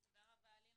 תודה רבה אלין.